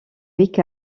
week